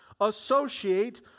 associate